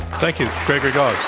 thank you, gregory gause.